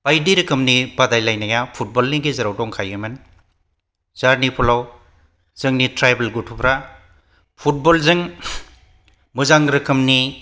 बायदि रोखोमनि बादाय लायनाया फुटबलनि गेजेराव दंखायोमोन जारनि फलाव जोंनि ट्राइवेल गथ'फ्रा फुटबलजों मोजां रोखोमनि